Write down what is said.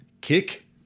kick